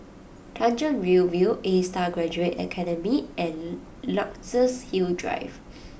Tanjong Rhu View Astar Graduate Academy and Luxus Hill Drive